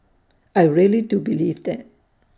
I really do believe that